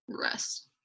rest